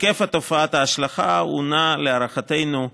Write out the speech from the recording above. היקף תופעת ההשלכה נע, להערכתנו,